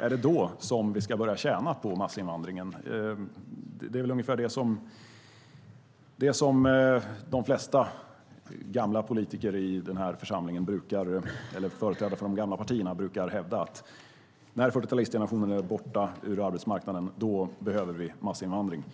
Är det då som vi ska börja tjäna på massinvandringen? De flesta företrädare för de gamla partierna i den här församlingen brukar hävda att när 40-talistgenerationen är borta från arbetsmarknaden behöver vi massinvandring.